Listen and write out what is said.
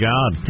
God